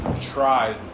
tried